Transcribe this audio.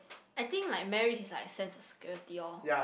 I think like marriage is like sense of security oh